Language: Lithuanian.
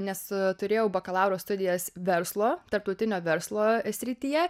nes turėjau bakalauro studijas verslo tarptautinio verslo srityje